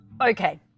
Okay